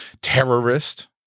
terrorist